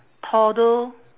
toddler